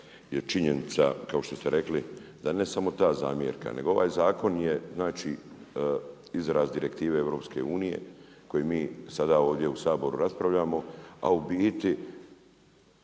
je činjenica kao što ste rekli da ne samo ta zamjerka nego ovaj zakon je izraz direktive EU koje mi sada ovdje u Saboru raspravljamo, a on